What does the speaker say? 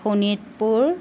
Sonitpur